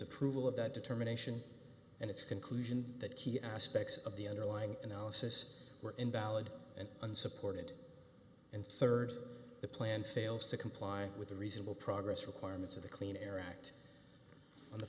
approval of that determination and its conclusion that key aspects of the underlying analysis were invalid and unsupported and rd the plan fails to comply with the reasonable progress requirements of the clean air act on the